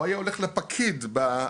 הוא היה הולך לפקיד במינהל.